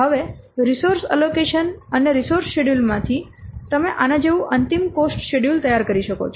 હવે resource allocation અને resource schedule માંથી તમે આના જેવું અંતિમ કોસ્ટ શેડ્યૂલ તૈયાર કરી શકો છો